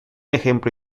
ejemplo